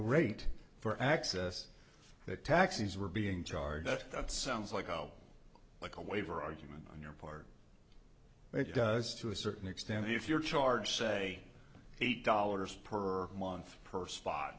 rate for access that taxis were being charged but that sounds like oh like a waiver argument on your part it does to a certain extent if you're charged say eight dollars per month per spot